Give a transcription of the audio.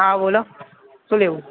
હા બોલો શું લેવું છે